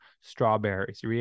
strawberries